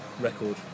record